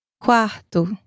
Quarto